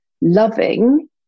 loving